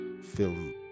film